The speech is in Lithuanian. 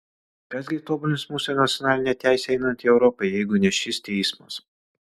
kas gi tobulins mūsų nacionalinę teisę einant į europą jeigu ne šis teismas